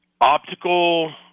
optical